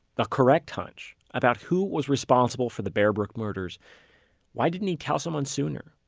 a correct hunch, about who was responsible for the bear brook murders why didn't he tell someone sooner?